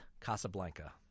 Casablanca